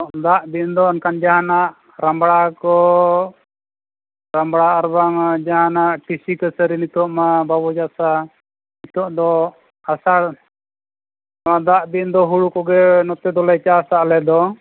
ᱫᱟᱜ ᱫᱤᱱ ᱫᱚ ᱚᱱᱠᱟᱱ ᱡᱟᱦᱟᱱᱟᱜ ᱨᱟᱢᱵᱽᱲᱟ ᱠᱚ ᱨᱟᱢᱵᱽᱲᱟ ᱟᱨ ᱵᱟᱝᱟ ᱡᱟᱦᱟᱱᱟᱜ ᱴᱤᱥᱤ ᱠᱟᱹᱥᱟᱹᱨᱤ ᱱᱤᱛᱳᱜ ᱢᱟ ᱵᱟᱵᱚ ᱪᱟᱥᱟ ᱱᱤᱛᱳᱜ ᱫᱚ ᱟᱥᱟᱲ ᱱᱚᱣᱟ ᱫᱟᱜ ᱫᱤᱱ ᱫᱚ ᱦᱳᱲᱳ ᱠᱚᱜᱮ ᱱᱚᱛᱮ ᱫᱚᱞᱮ ᱪᱟᱥᱼᱟ ᱟᱞᱮ ᱫᱚ